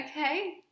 okay